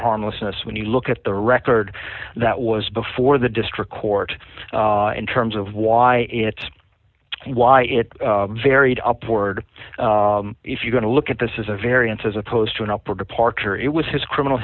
harmlessness when you look at the record that was before the district court in terms of why it's why it varied upward if you're going to look at this is a variance as opposed to an up or departure it was his criminal